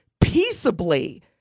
peaceably